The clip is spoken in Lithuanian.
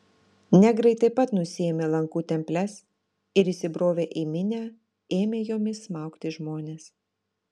negrai taip pat nusiėmė lankų temples ir įsibrovę į minią ėmė jomis smaugti žmones